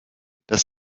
das